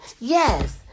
Yes